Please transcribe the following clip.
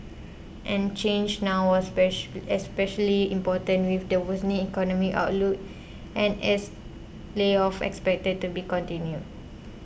and change now was especially important with the worsening economic outlook and as layoffs expected to be continued